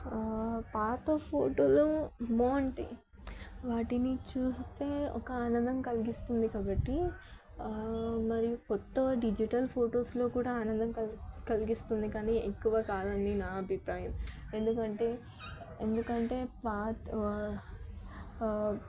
పాత ఫోటోలో బాగుంటాయి వాటిని చూస్తే ఒక ఆనందం కలిగిస్తుంది కాబట్టి మరియు కొత్త డిజిటల్ ఫోటోస్లో కూడా ఆనందం కలిగి కలిగిస్తుంది కానీ ఎక్కువ కాదని నా అభిప్రాయం ఎందుకంటే ఎందుకంటే పాత